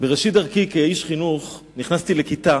בראשית דרכי כאיש חינוך נכנסתי לכיתה